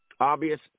Obvious